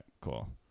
Cool